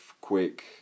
quick